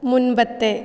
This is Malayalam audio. മുൻപത്തെ